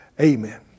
Amen